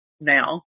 now